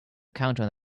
counter